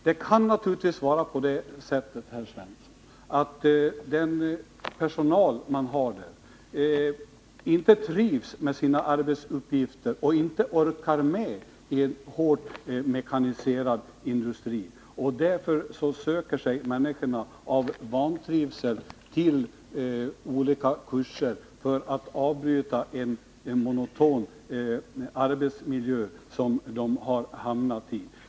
Det kan naturligtvis vara på det sättet, herr Svensson, att den personal man har inte trivs med sina arbetsuppgifter och inte orkar med i en hårt mekaniserad industri — att människor av vantrivsel söker sig till olika kurser för att få ett avbrott i en monoton arbetsmiljö, som de har hamnat i.